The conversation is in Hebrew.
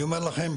אני אומר לכם,